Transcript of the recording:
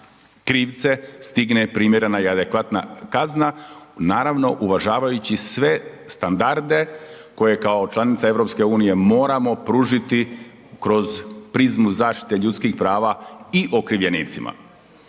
stigne primjerena i adekvatna kazna, naravno uvažavajući sve standarde koje kao članica EU moramo pružiti kroz prizmu zaštite ljudskih prava i okrivljenicima.